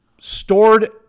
stored